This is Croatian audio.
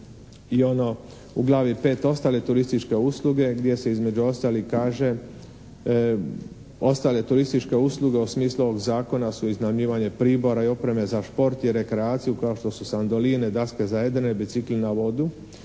i ono u Glavi V, ostale turističke usluge gdje se između ostalih kaže, ostale turističke usluge u smislu ovog Zakona su iznajmljivanje pribora i opreme za šport i rekreaciju, kao što su sandoline, daske za jedrenje, bicikli na vodu,